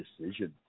decisions